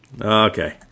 Okay